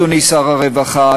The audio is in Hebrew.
אדוני שר הרווחה,